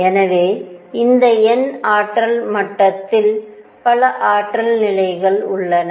எனவே இந்த n ஆற்றல் மட்டத்தில் பல ஆற்றல் நிலைகள் உள்ளன